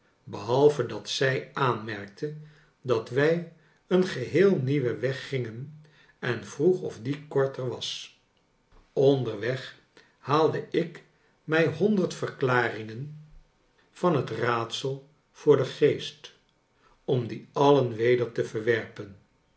behalve dat zij aanmerkte dat wij een geheel nieuwen weg gingen en vroeg of die korter was onderweg haalde ik mij honderd verklaringen van het raadsel voor den geest om die alien weder te verwerpen